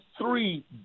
three